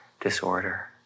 disorder